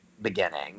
beginning